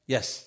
Yes